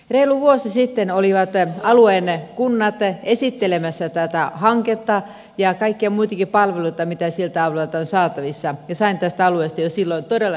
reilu vuosi sitten olivat alueen kunnat esittelemässä tätä hanketta ja kaikkia muitakin palveluita mitä sieltä alueelta on saatavissa ja sain tästä alueesta jo silloin todella hyvän käsityksen